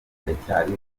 ndacyari